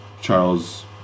Charles